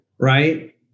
right